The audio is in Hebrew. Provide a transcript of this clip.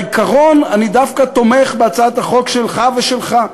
בעיקרון אני דווקא תומך בהצעת החוק שלך ושלך.